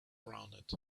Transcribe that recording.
rounded